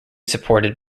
supported